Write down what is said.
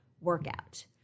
workout